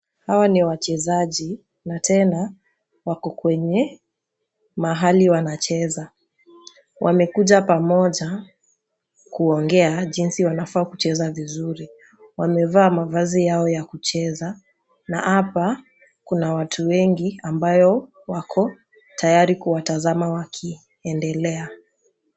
Hawa ni wachezaji na tena wako kwenye mahali wanacheza. Wamekuja pamoja kuongea jinsi wanafaa kucheza vizuri. Wamevaa mavazi yao ya kucheza na hapa kuna watu wengi ambayo wako tayari kuwatazama wakiendelea